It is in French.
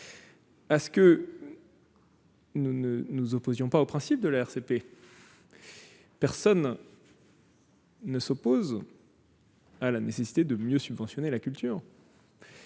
à ce que nous ne nous opposions pas au principe de la RCP. Personne ne nie la nécessité de mieux subventionner la culture.